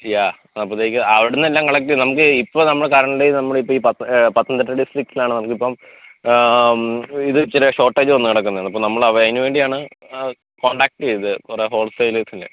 യ്യാ അപ്പോഴത്തേക്കും അവിടെന്നെല്ലാം കളെക്ററ് ചെയ്ത് നമുക്ക് ഇപ്പോൾ നമ്മൾ കറന്റിലി ഇപ്പോൾ നമ്മൾ ഈ പത്തനംതിട്ട ഡിസ്ട്രിക്റ്റിലാണ് നമുക്കിപ്പം ഇത് ചെറിയ ഷോട്ടേജ് വന്ന് കെടക്കുന്നത് അപ്പോൾ നമ്മൾ അതിന് വേണ്ടിയാണ് കോൺടാക്ററ് ചെയ്തത് കുറെ ഹോൾസെയിലേഴ്സിനെ